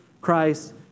Christ